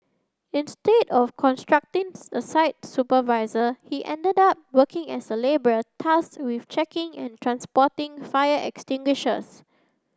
instead of construction a site supervisor he ended up working as a labourer tasked with checking and transporting fire extinguishers